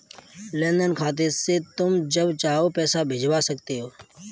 लेन देन खाते से तुम जब चाहो पैसा भिजवा सकते हो